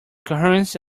coherence